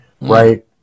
right